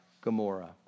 Gomorrah